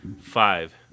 five